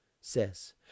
says